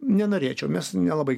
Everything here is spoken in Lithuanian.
nenorėčiau nes nelabai